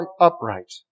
upright